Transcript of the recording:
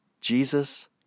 Jesus